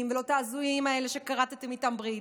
ולא את ההזויים האלה שכרתם איתם ברית.